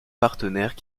partenaires